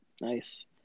nice